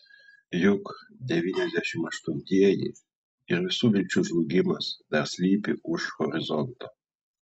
juk devyniasdešimt aštuntieji ir visų vilčių žlugimas dar slypi už horizonto